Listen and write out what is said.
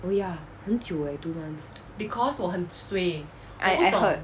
oh ya 很久 eh two months I I heard